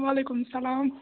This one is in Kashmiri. وعلیکُم سَلام